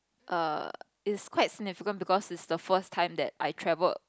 err is quite significant because is the first time that I travelled